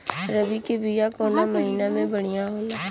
रबी के बिया कवना महीना मे बढ़ियां होला?